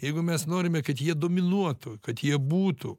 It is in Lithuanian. jeigu mes norime kad jie dominuotų kad jie būtų